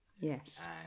Yes